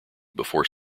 before